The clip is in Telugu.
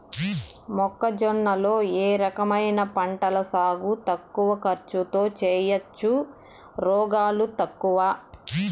మొక్కజొన్న లో ఏ రకమైన పంటల సాగు తక్కువ ఖర్చుతో చేయచ్చు, రోగాలు తక్కువ?